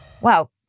Wow